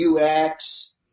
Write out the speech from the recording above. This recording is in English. UX